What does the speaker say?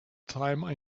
time